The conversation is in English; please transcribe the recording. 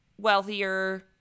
wealthier